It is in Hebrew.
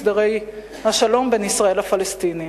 הסדרי השלום בין ישראל לפלסטינים.